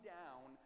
down